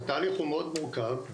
התהליך הוא מאוד מורכב,